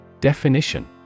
Definition